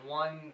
one